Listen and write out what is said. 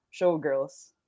showgirls